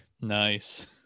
Nice